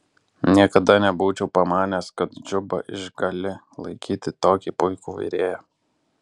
niekada nebūčiau pamanęs kad džuba išgali laikyti tokį puikų virėją